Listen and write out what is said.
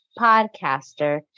podcaster